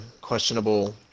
questionable